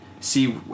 see